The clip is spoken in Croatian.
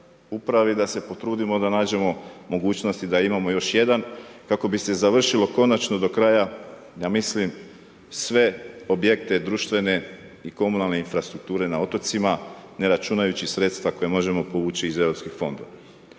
upravi da se potrudimo da nađemo mogućnost da imamo još jedan kako bi se završilo konačno do kraja ja mislim sve objekte društvene i komunalne infrastrukture na otocima, ne računajući sredstva koja možemo povući iz europskih fondova.